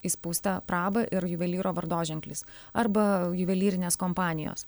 įspausta praba ir juvelyro vardoženklis arba juvelyrinės kompanijos